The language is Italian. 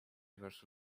verso